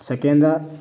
second